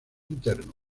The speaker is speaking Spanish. interno